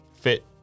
fit